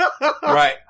Right